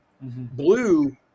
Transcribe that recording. Blue